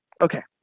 okay